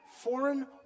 foreign